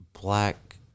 black